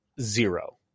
zero